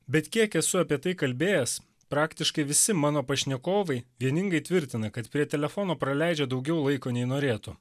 bet kiek esu apie tai kalbėjęs praktiškai visi mano pašnekovai vieningai tvirtina kad prie telefono praleidžia daugiau laiko nei norėtų